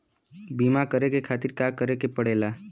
बीमा करे खातिर का करे के पड़ेला?